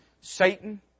Satan